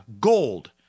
gold